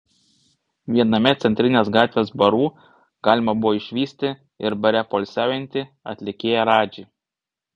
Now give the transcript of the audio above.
viename centrinės gatvės barų galima buvo išvysti ir bare poilsiaujantį atlikėją radžį